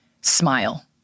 smile